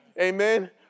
Amen